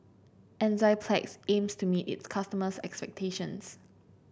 enzyplex aims to meet its customers' expectations